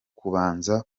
kubanza